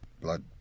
blood